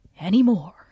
anymore